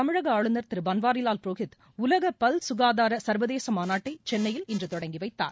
தமிழக ஆளுநர் திரு பன்வாரிவால் புரோஹித் உலக பல் சுகாதாரம் சர்வதேச மாநாட்டை சென்னையில் இன்று தொடங்கிவைத்தார்